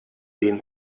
den